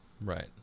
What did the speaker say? right